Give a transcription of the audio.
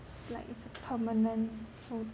like it's a permanent full